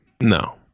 No